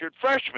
freshman